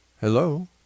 Hello